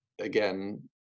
again